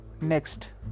Next